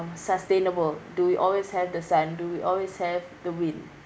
sustainable do we always have the sun do we always have the wind